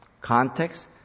Context